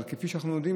אבל כפי שאנחנו יודעים,